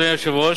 אדוני היושב-ראש,